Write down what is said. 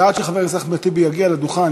עד שחבר הכנסת אחמד טיבי יגיע לדוכן,